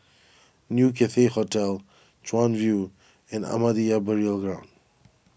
New Cathay Hotel Chuan View and Ahmadiyya Burial Ground